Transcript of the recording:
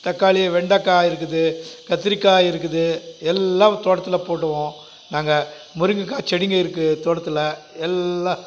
தக்காளி வெண்டக்காய் இருக்குது கத்திரிக்காய் இருக்குது எல்லாம் தோட்டத்தில் போடுவோம் நாங்கள் முருங்கக்காய் செடிங்கள் இருக்குது தோட்டத்தில் எல்லாம்